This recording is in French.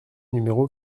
numéro